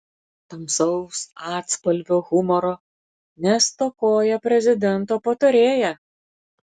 tamsaus atspalvio humoro nestokoja prezidento patarėja